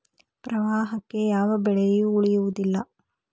ಪ್ರವಾಹಕ್ಕೆ ಯಾವ ಬೆಳೆಯು ಉಳಿಯುವುದಿಲ್ಲಾ